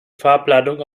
farbladung